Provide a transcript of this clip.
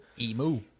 Emu